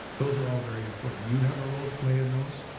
those are all very important. you have a role to play in those.